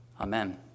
Amen